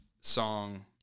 song